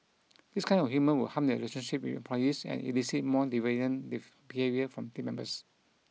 this kind of humour will harm their relationship with employees and elicit more deviant behaviour from team members